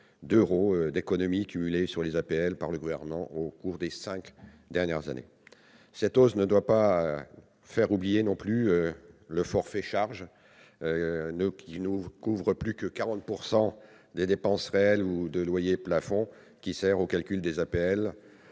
d'euros d'économies cumulées sur les APL par le Gouvernement au cours des cinq dernières années. Cette hausse ne doit pas non plus faire oublier que le forfait de charges ne couvre plus que 40 % des dépenses réelles, ou que le loyer plafond, qui sert au calcul des APL